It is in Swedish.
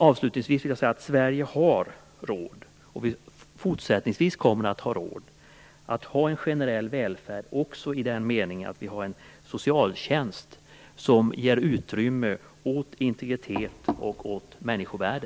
Avslutningsvis vill jag säga att Sverige har råd, och kommer fortsättningsvis att ha råd, att ha en generell välfärd också i den meningen att vi har en socialtjänst som ger utrymme åt integritet och människovärde.